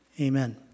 Amen